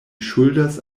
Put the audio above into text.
ŝuldas